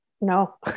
No